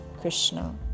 Krishna